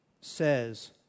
says